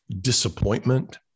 disappointment